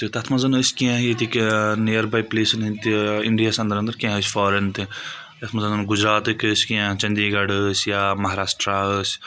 تہٕ تَتھ منٛز ٲسۍ کینٛہہ ییٚتِکۍ نِیَرباے پٕلَیسَن ہٕنٛدۍ تہِ اِنٛڈیاہَس اَنٛدر اَنٛدر کینٛہہ ٲسۍ فارِن تہِ یَتھ منٛز گُجرَاتٕکۍ ٲسۍ کینٛہہ چَنٛدی گڑھ ٲسۍ یا مہراشٹرا ٲسۍ